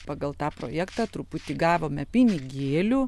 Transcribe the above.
pagal tą projektą truputį gavome pinigėlių